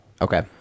Okay